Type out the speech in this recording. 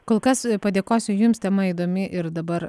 kol kas padėkosiu jums tema įdomi ir dabar